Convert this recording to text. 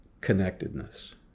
connectedness